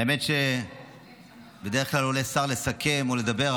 האמת היא שבדרך כלל עולה שר לסכם ולדבר,